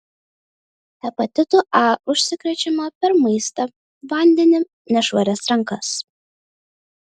hepatitu a užsikrečiama per maistą vandenį nešvarias rankas